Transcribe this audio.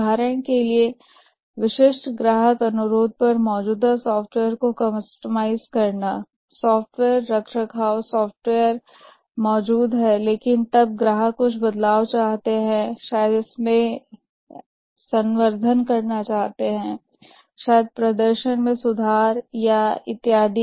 उदाहरण के लिए विशिष्ट ग्राहक के अनुरोध पर मौजूदा सॉफ़्टवेयर को कस्टमाइज़ करना मौजूदा सॉफ्टवेयर का रखरखाव करना लेकिन तब ग्राहक कुछ बदलाव चाहते हैं शायद संवर्धन शायद प्रदर्शन में सुधार इत्यादि